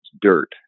dirt